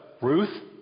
Ruth